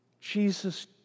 Jesus